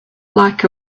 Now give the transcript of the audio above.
like